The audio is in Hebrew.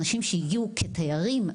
אנשים שהגיעו כתיירים,